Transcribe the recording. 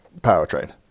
powertrain